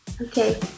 Okay